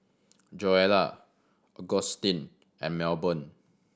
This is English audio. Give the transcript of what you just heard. Joella Augustin and Melbourne